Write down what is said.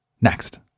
next